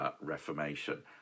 reformation